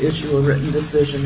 issue a written decision